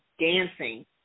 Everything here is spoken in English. dancing